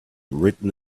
written